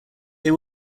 they